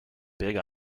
big